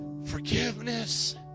forgiveness